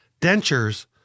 dentures